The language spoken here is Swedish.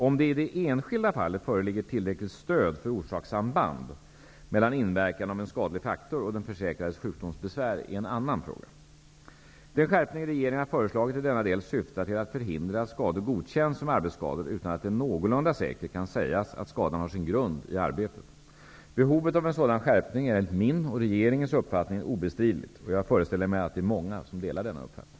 Om det i det enskilda fallet föreligger tillräckligt stöd för orsakssamband mellan inverkan av en skadlig faktor och den försäkrades sjukdomsbesvär är en annan fråga. Den skärpning regeringen har föreslagit i denna del syftar till att förhindra att skador godkänns som arbetsskador utan att det någorlunda säkert kan sägas att skadan har sin grund i arbetet. Behovet av en sådan skärpning är enligt min och regeringens uppfattning obestridligt, och jag förställer mig att det är många som delar denna uppfattning.